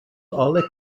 alle